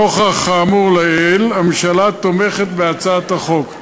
נוכח האמור לעיל, הממשלה תומכת בהצעת החוק.